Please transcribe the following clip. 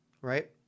right